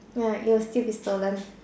ya it will still be stolen